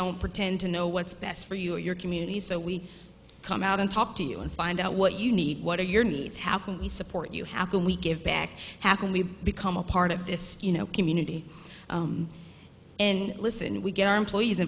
don't pretend to know what's best for you or your community so we come out and talk to you and find out what you need what are your needs how can we support you how can we give back happily become a part of this you know community and listen we get our employees